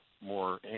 more